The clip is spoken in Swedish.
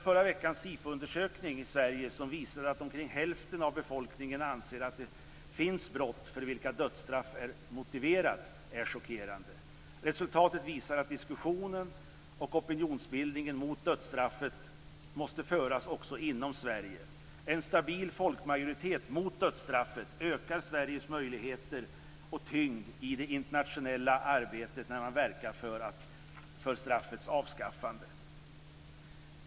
Förra veckans SIFO-undersökning, som visade att omkring hälften av Sveriges befolkning anser att det finns brott för vilka dödsstraff är motiverat, är chockerande. Resultatet visar att diskussionen och opinionsbildningen mot dödsstraffet måste föras också inom Sverige. En stabil folkmajoritet mot dödsstraffet ökar Sveriges möjligheter och tyngd i det internationella arbetet för straffets avskaffande.